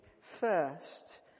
first